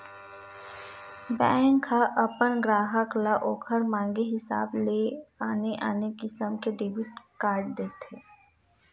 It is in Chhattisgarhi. बेंक ह अपन गराहक ल ओखर मांगे हिसाब ले आने आने किसम के डेबिट कारड देथे